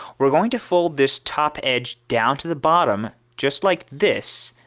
we're going to fold this top edge down to the bottom just like this,